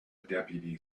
deputy